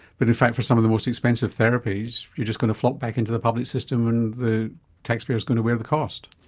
but in fact for some of the most expensive therapies you're just going to flop back into the public system and the taxpayer is going to wear the cost.